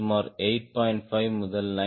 5 முதல் 9